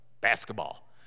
basketball